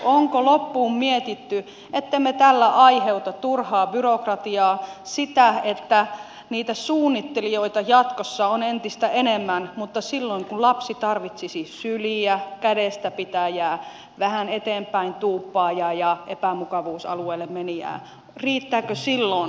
onko loppuun mietitty ettemme tällä aiheuta turhaa byrokratiaa sitä että niitä suunnittelijoita jatkossa on entistä enemmän mutta silloin kun lapsi tarvitsisi syliä kädestäpitäjää vähän eteenpäin tuuppaajaa ja epämukavuusalueelle menijää ei riitä ihmisiä